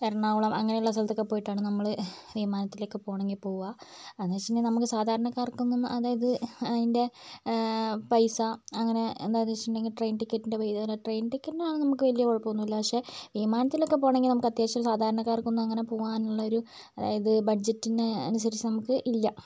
എറണാകുളം അങ്ങനെയുള്ള സ്ഥലത്തൊക്കെ പോയിട്ടാണ് നമ്മൾ വിമാനത്തിലൊക്കെ പോവണമെങ്കിൽ പോവുക എന്നുവെച്ചിട്ടുണ്ടെങ്കിൽ സാധാരണക്കാർക്ക് ഒന്നും അതായത് അതിൻറെ പൈസ അങ്ങനെ എന്താണെന്ന് വെച്ചിട്ടുണ്ടെങ്കിൽ ട്രെയിൻ ടിക്കറ്റിൻ്റെ പൈ ട്രെയിൻ ടിക്കറ്റ് ആണെങ്കിൽ നമുക്ക് വലിയ കുഴപ്പമൊന്നുമില്ല പക്ഷേ വിമാനത്തിലൊക്കെ പോവണമെങ്കിൽ നമുക്ക് അത്യാവശ്യം സാധാരണക്കാർക്ക് ഒന്നും അങ്ങനെ പോകാനുള്ള ഒരു അതായത് ബഡ്ജറ്റിന് അനുസരിച്ച് നമുക്ക് ഇല്ല